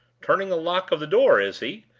turning the lock of the door, is he?